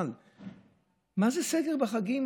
אבל מה זה סגר בחגים?